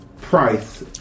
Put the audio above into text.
price